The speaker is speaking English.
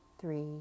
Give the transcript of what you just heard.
three